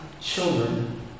children